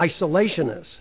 isolationists